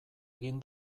egin